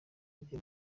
buryo